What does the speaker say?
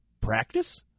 Practice